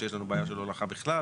שיש לנו בעיה של הולכה בכלל.